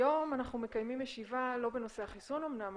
היום אנחנו מקיימים ישיבה לא בנושא החיסון אמנם,